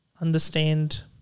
understand